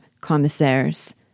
Commissaires